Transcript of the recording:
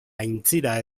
aintzira